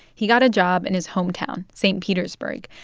he got a job in his hometown, st. petersburg,